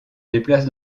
déplace